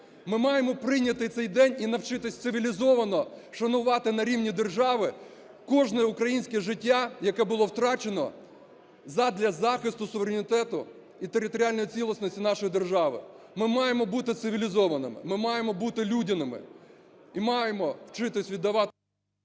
Ми маємо прийняти цей день і навчитися цивілізовано шанувати на рівні держави кожне українське життя, яке було втрачено задля захисту суверенітету і територіальної цілісності нашої держави. Ми маємо бути цивілізованими, ми маємо бути людяними і маємо вчитися віддавати...